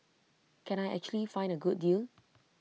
can I actually find A good deal